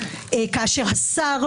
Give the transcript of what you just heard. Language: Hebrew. כאשר השר,